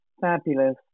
Fabulous